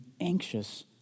anxious